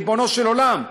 ריבונו של עולם,